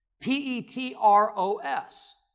P-E-T-R-O-S